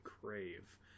crave